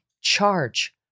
charge